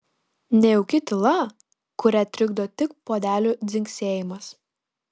nejauki tyla kurią trikdo tik puodelių dzingsėjimas